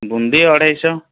ବୁନ୍ଦି ଅଢ଼େଇଶ